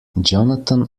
jonathan